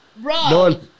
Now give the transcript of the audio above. No